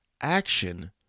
action